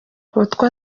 kuko